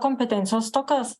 kompetencijos stokas